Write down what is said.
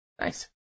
Nice